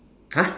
!huh!